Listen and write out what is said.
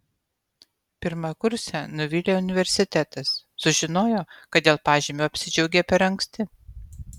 pirmakursę nuvylė universitetas sužinojo kad dėl pažymio apsidžiaugė per anksti